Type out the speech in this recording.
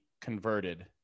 converted